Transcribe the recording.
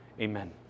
Amen